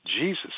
Jesus